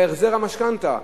בהחזר המשכנתה.